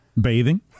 Bathing